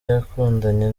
yakundanye